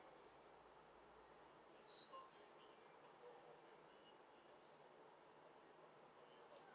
so